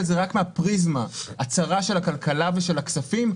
זה רק מן הפריזמה הצרה של הכלכלה ושל הכספים,